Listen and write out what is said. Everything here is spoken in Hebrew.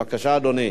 בבקשה, אדוני.